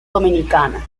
dominicana